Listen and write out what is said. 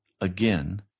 Again